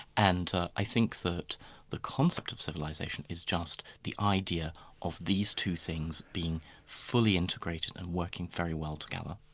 and i think that the concept of civilisaton is just the idea of these two things being fully integrated and working very well together.